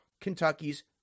Kentucky's